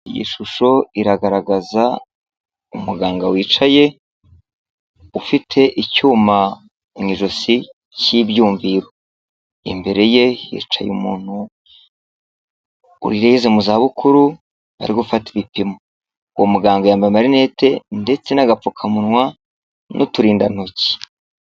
Iyi shusho iragaragaza umuganga wicaye ufite icyuma mu ijosi k'ibyumviro, imbere ye hicaye umuntu ugeze mu za bukuru ari gufata ibipimo, uwo muganga yambaye amanete ndetse n'agapfukamunwa n'uturindantoki.